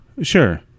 sure